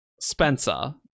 Spencer